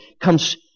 comes